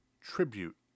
tribute